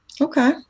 okay